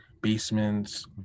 basements